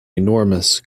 enormous